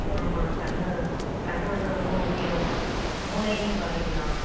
ஆமாம் கண்ணு கண்ணு வந்து ரொம்ப முக்கியம் மூளையையும் பாதிக்குதாம்